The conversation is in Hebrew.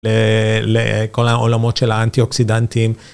לכל העולמות של האנטי-אוקסידנטים.